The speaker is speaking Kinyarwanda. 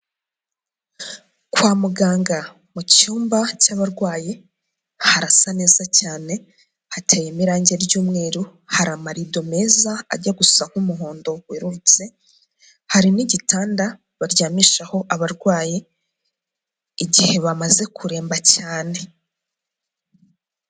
Kwa muganga mu cyumba cy'abarwayi harasa neza cyane hateyemo irangi ry'umweru. Hari amarido meza ajya gusa nk'umuhondo werurutse, hari n'igitanda baryamishaho abarwayi igihe bamaze kuremba cyane.